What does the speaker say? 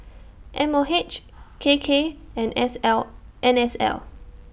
M O H K K and S L N S L